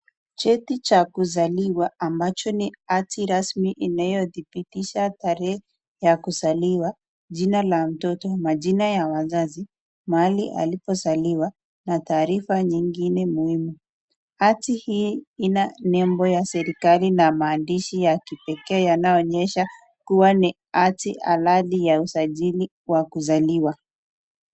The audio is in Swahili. Cheti cha kuzaliwa ambacho ni hati rasmi inayothibitisha tarehe ya kuzaliwa, jina la mtoto, majina ya wazazi, mahali alipozaliwa na taarifa nyingine muhimu. Hati hii ina nembo ya serikali na maandishi ya kipekee yanayoonyesha kuwa ni hati halali ya usajili wa kuzaliwa.